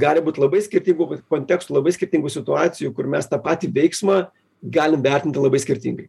gali būt labai skirtingų kontekstų labai skirtingų situacijų kur mes tą patį veiksmą galim vertinti labai skirtingai